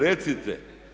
Recite!